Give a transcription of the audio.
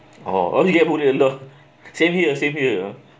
oh you get bullied uh lor same here same here